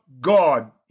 God